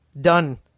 done